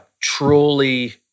truly